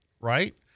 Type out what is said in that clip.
right